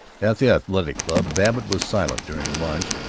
at the athletic club, babbitt was silent during lunch,